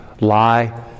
lie